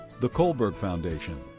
the kohlberg foundation.